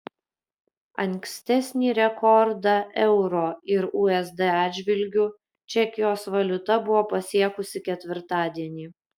ankstesnį rekordą euro ir usd atžvilgiu čekijos valiuta buvo pasiekusi ketvirtadienį